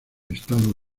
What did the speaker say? estado